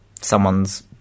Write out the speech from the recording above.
someone's